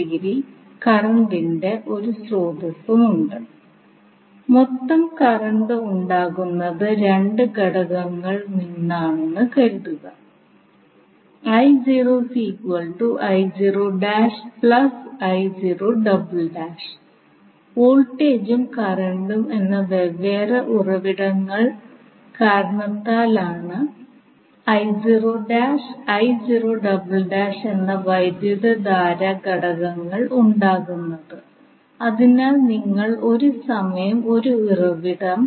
DC സർക്യൂട്ടിന്റെ കാര്യത്തിൽ നമ്മൾ ഉപയോഗിക്കുന്ന വിവിധ സിദ്ധാന്തങ്ങൾ എസി സർക്യൂട്ടിലും എങ്ങനെ ഉപയോഗിക്കാമെന്ന് മനസിലാക്കാൻ നമ്മൾ വിവിധ ഉദാഹരണങ്ങളുടെ സഹായം സ്വീകരിക്കും